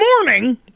morning